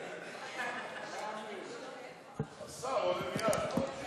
יוסף ג'בארין,